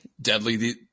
Deadly